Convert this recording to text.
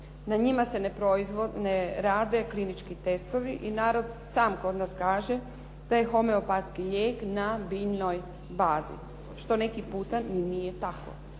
Na njima se ne rade klinički testovi i narod sam kod nas kaže da je homeopatski lijek na biljnoj bazi što neki puta ni nije tako.